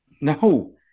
No